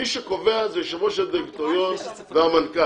מי שקובע זה יושב-ראש הדירקטוריון והמנכ"ל,